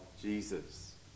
Jesus